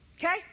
Okay